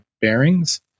bearings